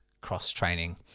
cross-training